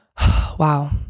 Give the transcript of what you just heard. Wow